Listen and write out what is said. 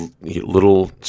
little